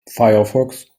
firefox